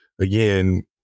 again